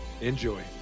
enjoy